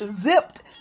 zipped